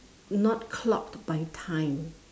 not clocked by time